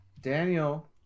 Daniel